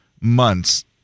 months